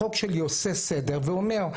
החוק שלי עושה סדר ואומר,